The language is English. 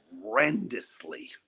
horrendously